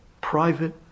private